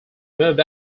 moved